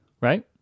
Right